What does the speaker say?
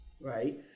right